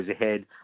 ahead